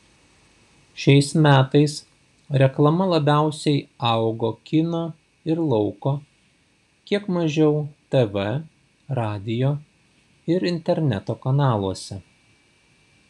šiais metais reklama labiausiai augo kino ir lauko kiek mažiau tv radijo ir interneto kanaluose